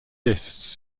lists